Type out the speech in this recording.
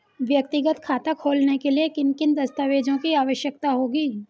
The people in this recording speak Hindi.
व्यक्तिगत खाता खोलने के लिए किन किन दस्तावेज़ों की आवश्यकता होगी?